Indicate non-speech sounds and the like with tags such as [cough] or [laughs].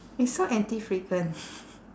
it's so anti frequent [laughs]